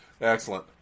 excellent